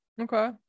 okay